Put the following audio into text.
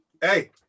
Hey